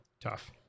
tough